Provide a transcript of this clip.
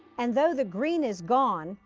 and though the green is gone,